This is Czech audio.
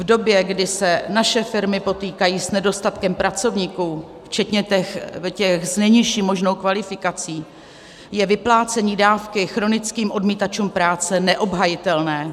V době, kdy se naše firmy potýkají s nedostatkem pracovníků, včetně těch s nejnižší možnou kvalifikací, je vyplácení dávky chronickým odmítačům práce neobhajitelné.